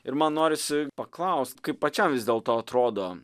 ir man norisi paklaust kaip pačiam vis dėlto atrodo